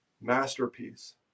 masterpiece